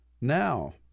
now